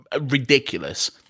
ridiculous